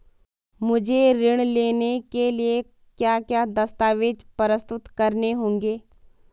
मुझे ऋण लेने के लिए क्या क्या दस्तावेज़ प्रस्तुत करने होंगे?